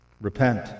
Repent